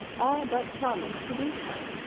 all but promised to do so,